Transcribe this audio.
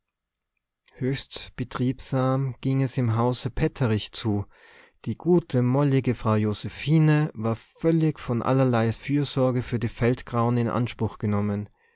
höchst betriebsam ging es im hause petterich zu die gute mollige frau josephine war völlig von allerlei fürsorge für die feldgrauen in anspruch genommen